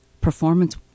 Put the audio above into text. performance